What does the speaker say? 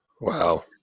Wow